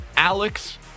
Alex